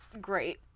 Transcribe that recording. great